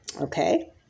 Okay